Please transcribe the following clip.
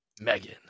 megan